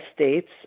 states